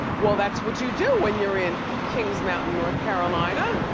well, that's what you do when you're in kings mountain, north carolina.